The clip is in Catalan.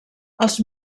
els